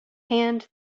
hand